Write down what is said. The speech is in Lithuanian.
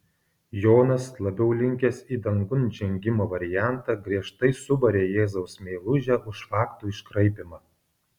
jonas labiau linkęs į dangun žengimo variantą griežtai subarė jėzaus meilužę už faktų iškraipymą